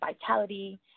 vitality